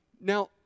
Now